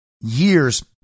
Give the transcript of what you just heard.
years